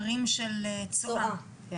פעם זה מהמושב, פעם זה פה, פעם זה אחרת.